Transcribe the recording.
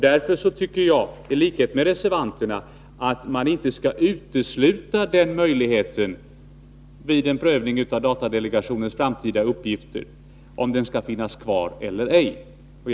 Därför anser jag i likhet med reservanterna att man vid en prövning av datadelegationens framtida uppgifter inte skall utesluta den möjligheten att delegationen eventuellt kan nedläggas.